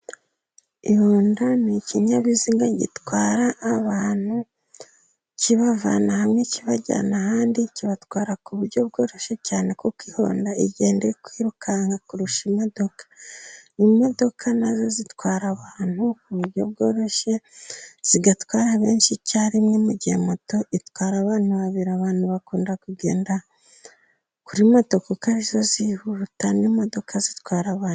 Ihonda ni ikinyabiziga gitwara abantu, kibavana hamwe, kibajyana ahandi, kibatwara ku buryo bworoshye cyane, kuko ihonda igenda iri kwirukanka kurusha imodoka. Imodoka na zo zitwara abantu ku buryo bworoshye, zigatwara benshi icyarimwe, mu gihe moto itwara abantu babiri. Abantu bakunda kugenda kuri moto, kuko ari zo zihuta, n’imodoka zitwara abantu.